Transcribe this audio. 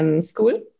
School